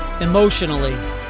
emotionally